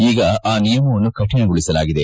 ಈಗ ಆ ನಿಯಮವನ್ನು ಕರಿಣಗೊಳಿಸಲಾಗಿದೆ